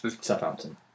Southampton